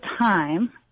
time